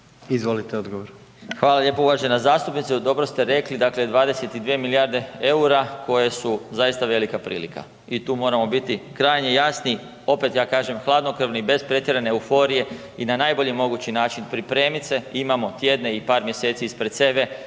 **Marić, Zdravko** Hvala lijepo. Uvažena zastupnice. Dobro ste rekli dakle 22 milijarde eura koje su zaista velika prilika i tu moramo biti krajnje jasni, opet ja kažem hladnokrvni, bez pretjerane euforije i na najbolji mogući način pripremiti se, imamo tjedne i par mjeseci ispred sebe